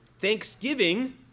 Thanksgiving